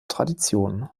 tradition